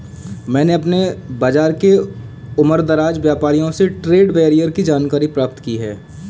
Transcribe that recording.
मैंने अपने बाज़ार के उमरदराज व्यापारियों से ट्रेड बैरियर की जानकारी प्राप्त की है